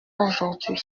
aujourd’hui